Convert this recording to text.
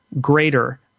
greater